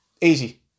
Easy